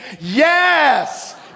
Yes